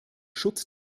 schutz